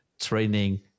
training